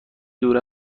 دور